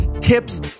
tips